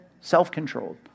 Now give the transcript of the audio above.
self-controlled